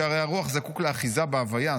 שהרי הרוח זקוק לאחיזה בהוויה,